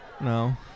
No